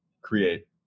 create